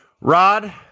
Rod